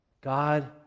God